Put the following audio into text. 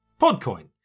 PodCoin